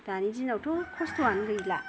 दानि दिनावथ' खस्थ'वानो गैला